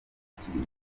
kiliziya